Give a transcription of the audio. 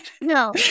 No